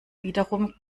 wiederum